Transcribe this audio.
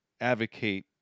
advocate